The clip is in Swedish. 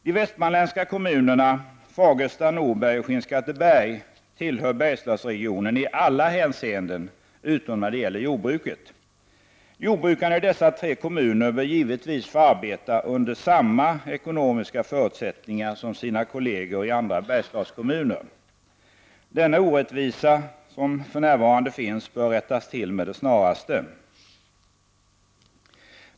De västmanländska kommunerna Fagersta, Norberg och Skinnskatteberg tillhör Bergslagsregionen i alla hänseenden utom när det gäller jordbruket. Jordbrukarna i dessa tre kommuner bör givetvis få arbeta under samma ekonomiska förutsättningar som sina kollegor i andra Bergslagskommuner. Den orättvisa som för närvarande finns bör rättas till med det snaraste.